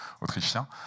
autrichien